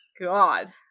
God